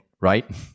right